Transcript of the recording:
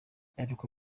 aheruka